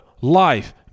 life